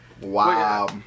Wow